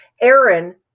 Aaron